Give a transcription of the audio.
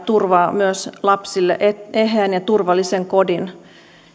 turvaa myös lapsille eheän ja turvallisen kodin